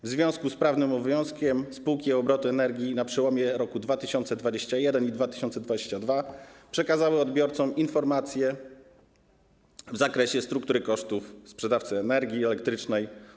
W związku z prawnym obowiązkiem spółki obrotu energią na przełomie lat 2021 i 2022 przekazały odbiorcom informacje w zakresie struktury kosztów sprzedawcy energii elektrycznej.